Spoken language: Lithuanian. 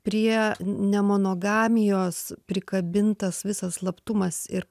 prie nemonogamijos prikabintas visas slaptumas ir